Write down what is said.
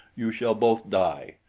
you shall both die.